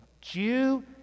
Jew